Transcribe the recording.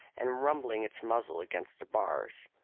and rubbing its muzzle against the bars.